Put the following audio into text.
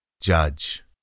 Judge